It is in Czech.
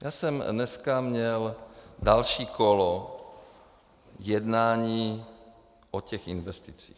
Já jsem dneska měl další kolo jednání o těch investicích.